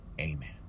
amen